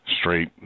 straight